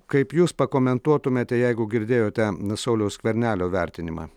kaip jūs pakomentuotumėte jeigu girdėjote sauliaus skvernelio vertinimą